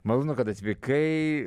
malonu kad atvykai